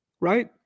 right